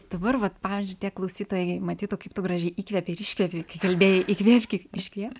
dabar vat pavyzdžiui tie klausytojai matytų kaip tu gražiai įkvėpei ir iškvėpei kai kalbėjai įkvėpk iškvėpk